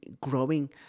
growing